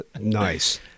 Nice